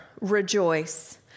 rejoice